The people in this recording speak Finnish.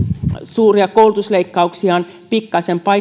suuria koulutusleikkauksiaan pikkaisen